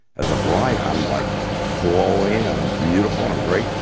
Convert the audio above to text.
as a bride i'm like glowing, and i'm beautiful, and i'm great.